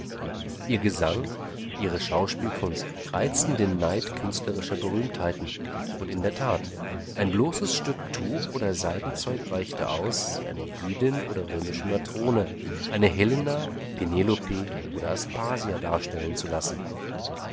ihr gesang ihre schauspielkunst reizten den neid künstlerischer berühmtheiten und in der tat ein bloßes stück tuch oder seidenzeug reichte aus sie eine jüdin oder römische matrone eine helena penelope oder aspasia darstellen zu lassen